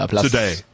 today